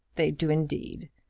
they do, indeed.